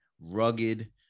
rugged